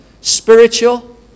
Spiritual